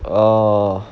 oh